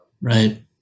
right